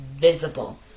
visible